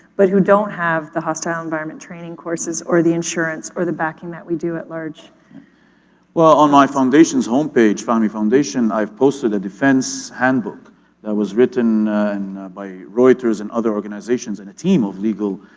but who don't have the hostile environment training courses or the insurance or the backing that we do at large. mf well on my foundation's homepage fahmy foundation, i've posted a defense handbook that was written by reuters and other organizations and a team of legal